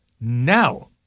Now